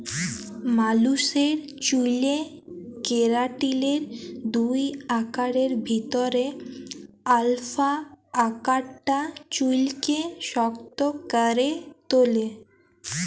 মালুসের চ্যুলে কেরাটিলের দুই আকারের ভিতরে আলফা আকারটা চুইলকে শক্ত ক্যরে তুলে